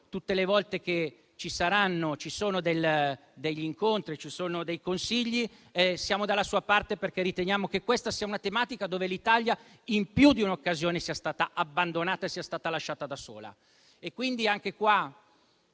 tutte le volte che ci sono degli incontri al Consiglio, siamo dalla sua parte perché riteniamo che questa sia una tematica su cui l'Italia in più di un'occasione è stata abbandonata e lasciata da sola.